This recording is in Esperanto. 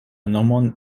nomon